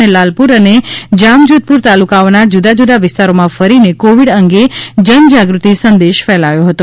અને લાલપુર અને જામ જોધપુર તાલુકાઓના જુદાજુદા વિસ્તારોમાં ફરીને કોવિડ અંગે જન જાગૃતિ સંદેશ ફેલાવ્યો હતો